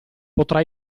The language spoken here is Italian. potrà